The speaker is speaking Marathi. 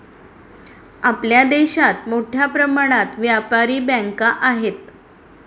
आपल्या देशात मोठ्या प्रमाणात व्यापारी बँका आहेत